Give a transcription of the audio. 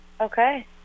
Okay